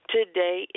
Today